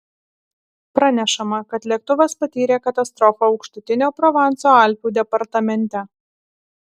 pranešama kad lėktuvas patyrė katastrofą aukštutinio provanso alpių departamente